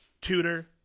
tutor